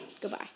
Goodbye